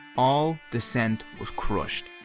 all dissent was crushed,